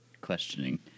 Questioning